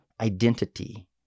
identity